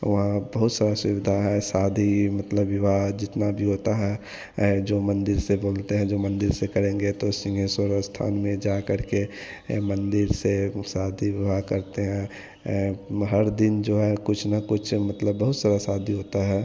वहाँ बहुत सारी सुविधा है शादी मतलब विवाह मतलब जितना भी होता है जो मंदिर से बोलते हैं जो मंदिर से करेंगे तो सिंगहेश्वर स्थान में जा करके मंदिर से शादी विवाह करते हैं म हर दिन जो है कुछ न कुछ मतलब बहुत सारी शादी होती है